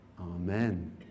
amen